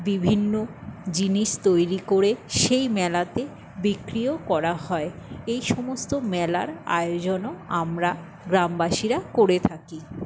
বিভিন্ন জিনিস তৈরি করে সেই মেলাতে বিক্রিও করা হয় এই সমস্ত মেলার আয়োজনও আমরা গ্রামবাসীরা করে থাকি